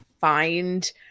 Find